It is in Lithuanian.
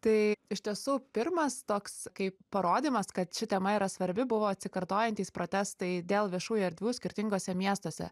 tai iš tiesų pirmas toks kaip parodymas kad ši tema yra svarbi buvo atsikartojantys protestai dėl viešųjų erdvių skirtinguose miestuose